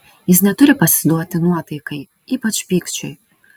jis neturi pasiduoti nuotaikai ypač pykčiui